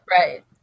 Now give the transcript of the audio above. Right